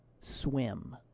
swim